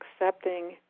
accepting